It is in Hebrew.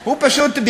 הוא פשוט,